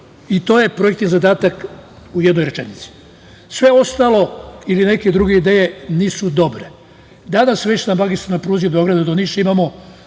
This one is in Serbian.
je projektni zadatak u jednoj rečenici. Sve ostalo ili neke druge ideje nisu dobre. Danas već na magistralnoj pruzi od Beograda do Niša, imamo